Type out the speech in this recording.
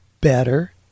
better